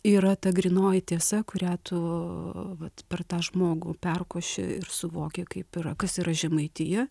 yra ta grynoji tiesa kurią tu vat per tą žmogų perkoši ir suvoki kaip yra kas yra žemaitija